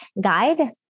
guide